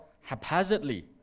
haphazardly